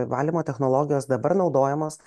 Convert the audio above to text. valymo technologijos dabar naudojamos